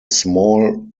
small